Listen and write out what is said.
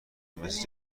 مثل